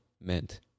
meant